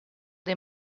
dei